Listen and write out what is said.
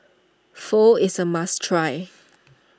Pho is a must try